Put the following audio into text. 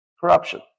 corruption